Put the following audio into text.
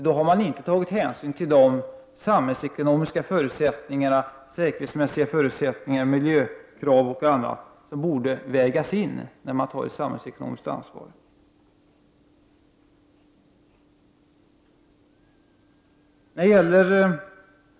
Då har man inte tagit hänsyn till de samhällsekonomiska förutsättningarna, de säkerhetsmässiga förutsättningarna eller miljökrav och annat som borde vägas in när man tar ett samhällsekonomiskt ansvar.